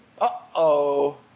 Uh-oh